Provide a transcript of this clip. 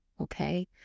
Okay